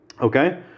Okay